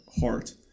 heart